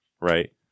right